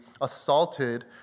assaulted